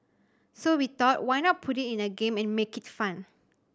so we thought why not put it in a game and make it fun